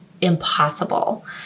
impossible